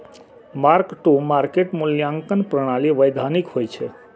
mark to market मूल्यांकन प्रणाली वैधानिक होइ छै